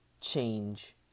change